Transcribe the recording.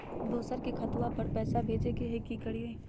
दोसर के खतवा पर पैसवा भेजे ले कि करिए?